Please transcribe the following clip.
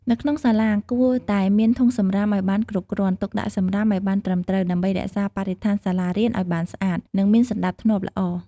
នៅក្នុងសាលាគួរតែមានធុងសំរាមឲ្យបានគ្រប់គ្រាន់ ទុកដាក់សំរាមឲ្យបានត្រឹមត្រូវ ដើម្បីរក្សាបរិស្ថានសាលារៀនឲ្យបានស្អាត និងមានសណ្តាប់ធ្នាប់ល្អ។